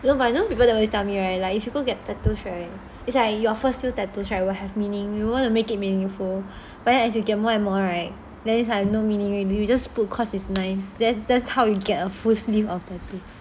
you know but you know people that always tell me right like if you go get tattoo is like your first few tattoo will have meaning you want to make it meaningful but then as you get more and more right then is like no meaning already you just put cause it's nice that that's how you get a full sleeve of tattoos